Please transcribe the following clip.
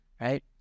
right